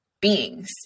beings